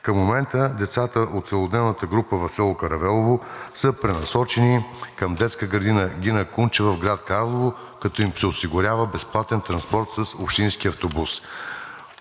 Към момента децата от целодневната група в село Каравелово са пренасочени към детска градина „Гина Кунчева“ в град Карлово, като им се осигурява безплатен транспорт с общински автобус.